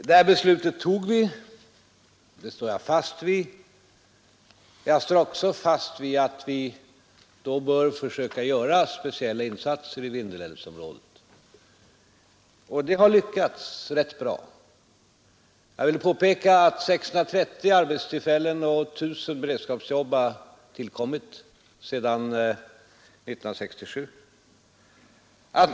Det här beslutet fattade vi, det står vi fast vid. Vi står också fast vid att vi bör försöka göra speciella insatser i Vindelälvsområdet. Det har lyckats rätt bra. Jag vill påpeka att 630 arbetstillfällen och 1 000 beredskapsjobb har tillkommit sedan 1967.